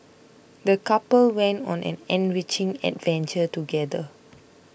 the couple went on an enriching adventure together